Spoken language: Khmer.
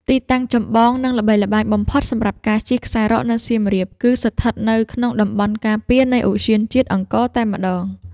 ទីតាំងចម្បង និងល្បីល្បាញបំផុតសម្រាប់ការជិះខ្សែរ៉កនៅសៀមរាប គឺស្ថិតនៅក្នុងតំបន់ការពារនៃឧទ្យានជាតិអង្គរតែម្ដង។